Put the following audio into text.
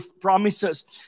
promises